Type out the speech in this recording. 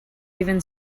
even